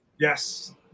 Yes